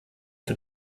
für